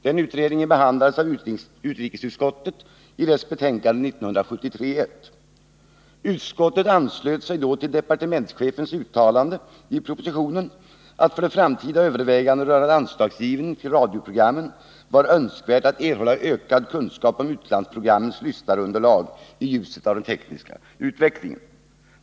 Denna utredning behandlades av utrikesutskottet i dess betänkande 1973:1. Utskottet anslöt sig då till departementschefens uttalande i propositionen, att det för framtida överväganden rörande anslagsgivningen till radioprogrammen var önskvärt att erhålla ökad kunskap om utlandsprogrammens lyssnarunderlag i ljuset av den tekniska utvecklingen.